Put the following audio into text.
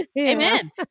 Amen